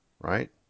right